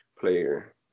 player